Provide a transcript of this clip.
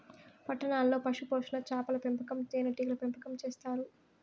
పట్టణాల్లో పశుపోషణ, చాపల పెంపకం, తేనీగల పెంపకం చేత్తారు